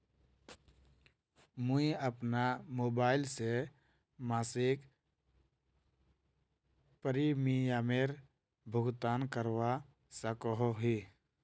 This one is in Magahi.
मुई अपना मोबाईल से मासिक प्रीमियमेर भुगतान करवा सकोहो ही?